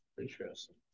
Interesting